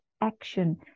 action